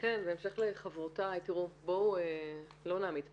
בהמשך לחברותיי, תראו, בואו לא נעמיד פנים.